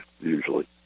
usually